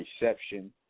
reception